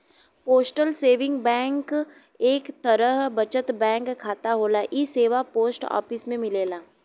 postal saving bank एक तरे बचत बैंक खाता होला इ सेवा पोस्ट ऑफिस में मिलला